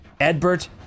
Edbert